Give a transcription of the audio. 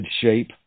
shape